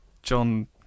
John